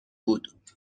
بود